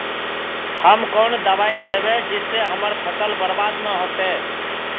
हम कौन दबाइ दैबे जिससे हमर फसल बर्बाद न होते?